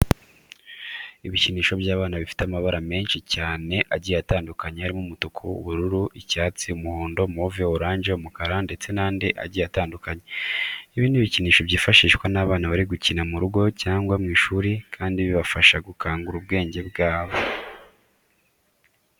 Ibikinisho by'abana bifite amabara menshi cyane agiye atandukanye harimo umutuku, ubururu, icyatsi, umuhondo, move, oranje, umukara ndetse n'andi agiye atandukanye. Ibi bikinisho byifashishwa n'abana bari gukina mu rugo cyangwa ku ishuri kandi bibafasha gukangura ubwenge bwabo.